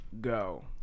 go